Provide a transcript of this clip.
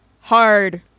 hard